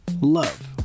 love